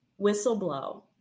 whistleblow